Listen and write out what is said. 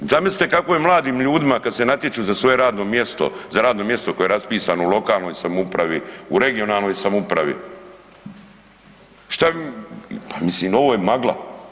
Zamislite kako je mladim ljudima kad se natječu za svoje radno mjesto, za radno mjesto koje je raspisano u lokalnoj samoupravi, u regionalnoj samoupravi, šta, pa mislim, ovo je magla.